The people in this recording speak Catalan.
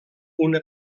una